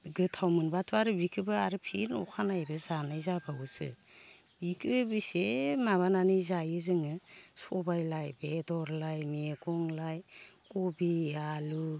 गोथाव मोनब्लाथ' आरो बेखोबो आरो फिन अखानायैबो जानाय जाबावोसो बिखो बेसे माबानानै जायो जोङो सबायलाय बेदरलाय मैगंलाय खबि आलु